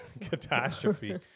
catastrophe